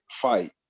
fight